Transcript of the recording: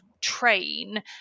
train